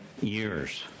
years